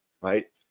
right